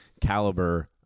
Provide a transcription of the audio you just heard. caliber